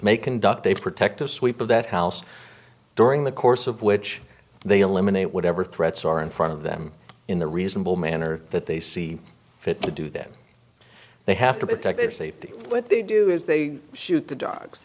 conduct a protective sweep of that house during the course of which they eliminate whatever threats are in front of them in the reasonable manner that they see fit to do that they have to protect their safety what they do is they shoot the dogs